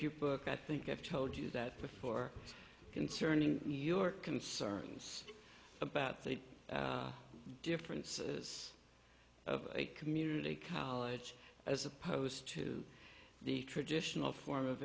your book i think i've told you that before concerning your concerns about the differences of a community college as opposed to the traditional form of